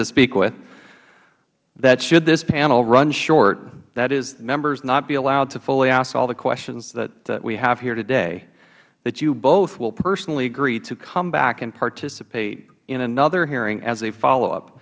to speak with that should this panel run short that is members not be allowed to fully ask all the questions that we have here today that you both will personally agree to come back and participate in another hearing as a follow up